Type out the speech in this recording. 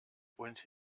und